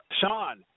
Sean